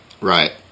Right